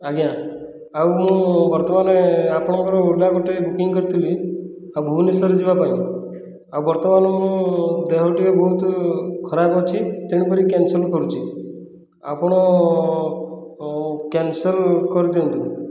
ଆଜ୍ଞା ଆଉ ମୁଁ ବର୍ତ୍ତମାନ ଆପଣଙ୍କର ଓଲା ଗୋଟିଏ ବୁକିଂ କରିଥିଲି ଆଉ ଭୁବନେଶ୍ୱର ଯିବା ପାଇଁ ଆଉ ବର୍ତ୍ତମାନ ମୁଁ ଦେହ ଟିକିଏ ବହୁତ ଖରାପ ଅଛି ତେଣୁ କରି କ୍ୟାନ୍ସେଲ୍ କରୁଛି ଆପଣ କ୍ୟାନ୍ସେଲ୍ କରିଦିଅନ୍ତୁ